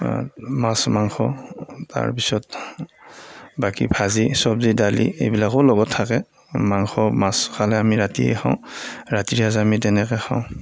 মাছ মাংস তাৰপিছত বাকী ভাজি চব্জী দালি এইবিলাকো লগত থাকে মাংস মাছ খালে আমি ৰাতিয়েই খাওঁ ৰাতিৰ সাঁজ আমি তেনেকৈ খাওঁ